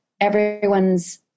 everyone's